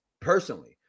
personally